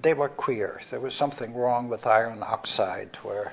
they were queer, there was something wrong with iron oxide, where